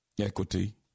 equity